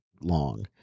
long